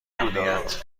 امنیت